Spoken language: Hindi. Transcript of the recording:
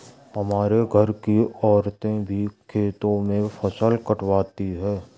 हमारे घर की औरतें भी खेतों में फसल कटवाती हैं